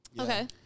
Okay